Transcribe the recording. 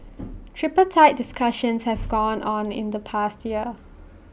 tripartite discussions have gone on in the past year